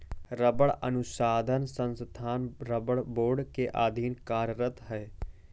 रबड़ अनुसंधान संस्थान रबड़ बोर्ड के अधीन कार्यरत है